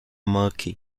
murky